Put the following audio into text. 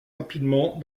rapidement